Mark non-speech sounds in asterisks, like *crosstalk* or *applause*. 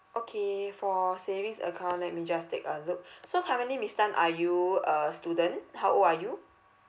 okay for savings account let me just take a look *breath* so currently miss tan are you a student how old are you